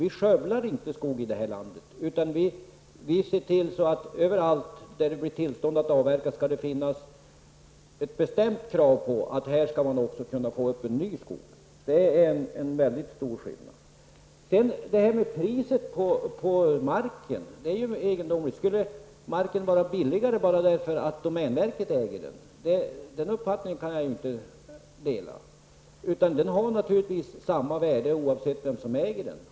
Vi ser till att det överallt där vi får tillstånd att avverka finns ett bestämt krav på att man skall se till att få upp en ny skog. Det är väldigt stor skillnad. Resonemanget om priset på marken är egendomligt. Skulle marken vara billigare bara för att domänverket äger den? Den uppfattningen kan jag inte dela. Marken har naturligtvis samma värde oavsett vem som äger den.